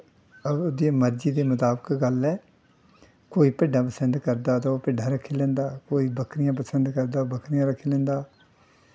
ओह्दी मर्जी दे मुताबक गल्ल ऐ कोई भिड्डां पसंद करदा ते ओह् भिड्डां रक्खी लैंदा कोई बक्करियां पसंद करदा ते ओह् बक्करियां रक्खी लैंदा